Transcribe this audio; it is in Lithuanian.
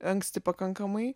anksti pakankamai